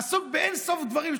עסוק באין-סוף דברים,